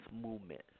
movement